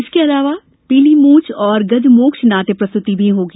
इसके अलावा पीलीपूछ और गजमोक्ष नाट्य प्रस्तुति भी होगी